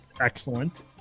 excellent